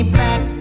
back